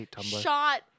shot